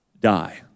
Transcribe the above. die